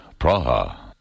Praha